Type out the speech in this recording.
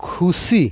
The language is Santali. ᱠᱷᱩᱥᱤ